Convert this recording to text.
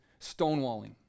stonewalling